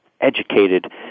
educated